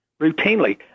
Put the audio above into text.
routinely